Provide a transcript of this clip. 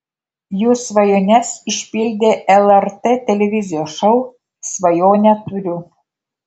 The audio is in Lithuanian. jų svajones išpildė lrt televizijos šou svajonę turiu